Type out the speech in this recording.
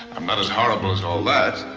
i'm not as horrible as all that.